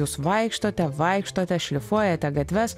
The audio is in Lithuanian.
jūs vaikštote vaikštote šlifuojate gatves